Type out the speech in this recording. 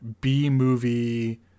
B-movie